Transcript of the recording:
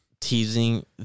teasing